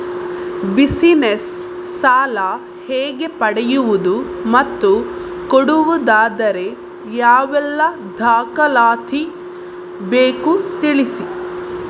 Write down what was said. Business ಸಾಲ ಹೇಗೆ ಪಡೆಯುವುದು ಮತ್ತು ಕೊಡುವುದಾದರೆ ಯಾವೆಲ್ಲ ದಾಖಲಾತಿ ಬೇಕು ತಿಳಿಸಿ?